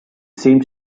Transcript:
seemed